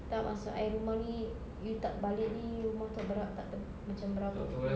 tak maksud I rumah ini you tak balik ini rumah itu berha~ tak ter~ macam berhabuk ke